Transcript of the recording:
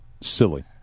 silly